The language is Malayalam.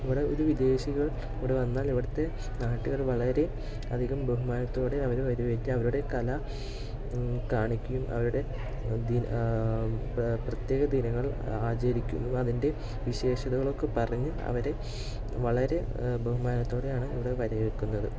ഇവിടെ ഒരു വിദേശികൾ ഇവിടെ വന്നാൽ ഇവിടുത്തെ നാട്ടുകാർ വളരെ അധികം ബഹുമാനത്തോടെ അവരെ വരവേറ്റു അവരുടെ കല കാണിക്കുകയും അവരുടെ പ്രത്യേക ദിനങ്ങൾ ആചരിക്കുന്നു അതിൻറെ വിശേഷതകളൊക്കെ പറഞ്ഞ് അവരെ വളരെ ബഹുമാനത്തോടേയാണ് ഇവിടെ വരവേൽക്കുന്നത്